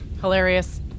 Hilarious